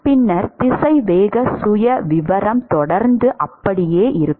பின்னர் திசைவேக சுயவிவரம் தொடர்ந்து அப்படியே இருக்கும்